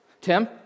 Tim